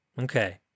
Okay